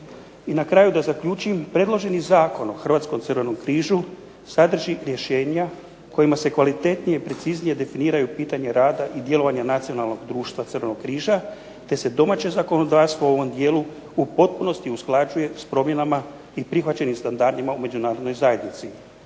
I na kraju da zaključim. Predloženim Zakonom o Hrvatskom Crvenom križu sadrži rješenja kojima se kvalitetnije, preciznije definiraju pitanja rada i djelovanja nacionalnog društva Crvenog križa, te se domaće zakonodavstvo u ovom dijelu u potpunosti usklađuje sa promjenama i prihvaćenim standardima u Međunarodnoj zajednici.